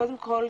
קודם כל,